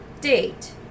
date